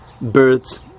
birds